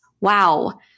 Wow